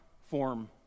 form